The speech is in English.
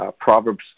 Proverbs